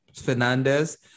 Fernandez